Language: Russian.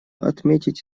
отметить